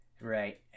Right